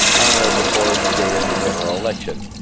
on or before the day of the general election,